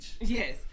yes